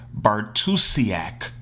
Bartusiak